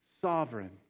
sovereign